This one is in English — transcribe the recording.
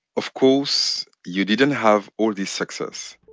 of course you didn't have all this success